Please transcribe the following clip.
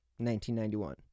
1991